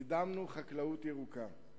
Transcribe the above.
קידמנו חקלאות ירוקה.